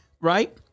right